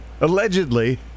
Allegedly